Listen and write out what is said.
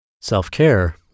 Self-care